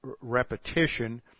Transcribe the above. repetition